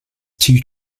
two